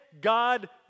God